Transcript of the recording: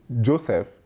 Joseph